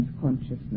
consciousness